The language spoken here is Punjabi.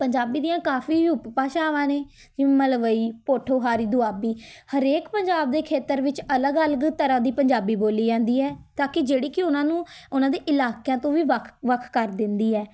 ਪੰਜਾਬੀ ਦੀਆਂ ਕਾਫ਼ੀ ਉਪ ਭਾਸ਼ਾਵਾਂ ਨੇ ਜਿਵੇਂ ਮਲਵਈ ਪੋਠੋਹਾਰੀ ਦੁਆਬੀ ਹਰੇਕ ਪੰਜਾਬ ਦੇ ਖੇਤਰ ਵਿੱਚ ਅਲੱਗ ਅਲੱਗ ਤਰ੍ਹਾਂ ਦੀ ਪੰਜਾਬੀ ਬੋਲੀ ਜਾਂਦੀ ਹੈ ਤਾਂ ਕਿ ਜਿਹੜੀ ਕਿ ਉਨ੍ਹਾਂ ਨੂੰ ਉਨ੍ਹਾਂ ਦੇ ਇਲਾਕਿਆਂ ਤੋਂ ਵੀ ਵੱਖ ਵੱਖ ਕਰ ਦਿੰਦੀ ਹੈ